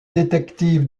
détective